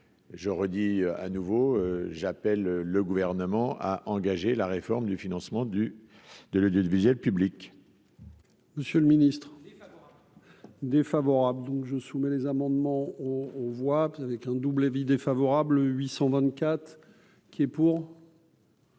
je redis à nouveau, j'appelle le gouvernement à engager la réforme du financement du de l'audiovisuel public. Monsieur le Ministre défavorable, donc je soumets les amendements au voit avec un double avis défavorable, 800 vingt-quatre